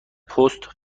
پست